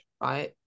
right